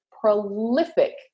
prolific